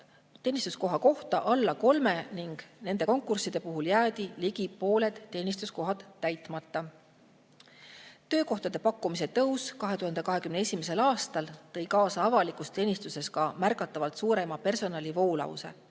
teenistuskoha kohta alla kolme ning nende konkursside puhul jäid ligi pooled teenistuskohad täitmata. Töökohtade pakkumise tõus 2021. aastal tõi avalikus teenistuses kaasa ka märgatavalt suurema personalivoolavuse: